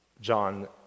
John